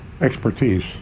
expertise